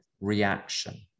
reaction